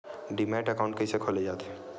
Demat account कइसे खोले जाथे?